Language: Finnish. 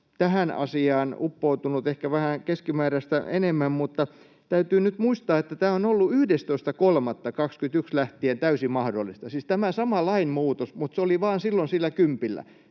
tähän asiaan uppoutunut vähän keskimääräistä enemmän, mutta täytyy nyt muistaa, että tämä on ollut 11.3.21 lähtien täysin mahdollista — siis tämä sama lainmuutos on jo tehty — mutta se oli vain silloin sillä kympillä.